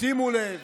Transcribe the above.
שימו לב